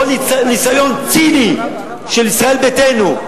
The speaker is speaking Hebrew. או ניסיון ציני של ישראל ביתנו,